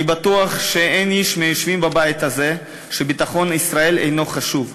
אני בטוח שאין איש מהיושבים בבית הזה שביטחון ישראל אינו חשוב לו,